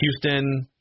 Houston